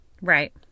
Right